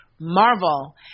Marvel